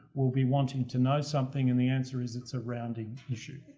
will be wanting to know something and the answer is it's a rounding, you